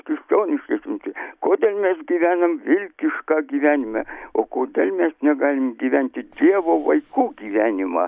krikščionišką išmintį kodėl mes gyvenam vilkišką gyvenima o kodėl mes negalim gyventi dievo vaikų gyvenimą